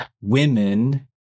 women